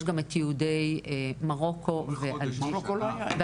יש גם את יהודי מרוקו ואלג'יריה.